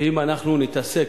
אם אנחנו נתעסק,